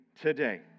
today